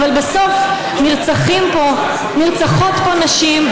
אבל בסוף נרצחות פה נשים,